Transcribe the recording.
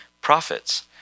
prophets